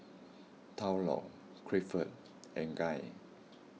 Thurlow Clifford and Guy